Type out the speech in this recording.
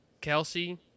Kelsey